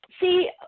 See